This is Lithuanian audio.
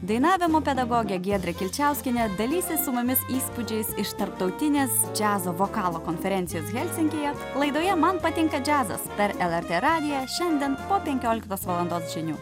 dainavimo pedagogė giedrė kilčiauskienė dalysis su mumis įspūdžiais iš tarptautinės džiazo vokalo konferencijos helsinkyje laidoje man patinka džiazas per lrt radiją šiandien po penkioliktos valandos žinių